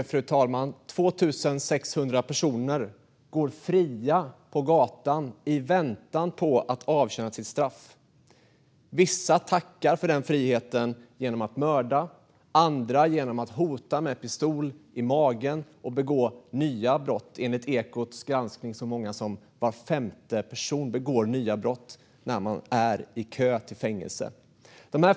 Fru talman! 2 600 personer går fria på gatan i väntan på att avtjäna sitt straff. Vissa tackar för den friheten genom att mörda, andra genom att hota med pistol mot någons mage och begå nya brott. Enligt Ekots granskning begår så många som var femte av dessa personer nya brott medan de köar till fängelse.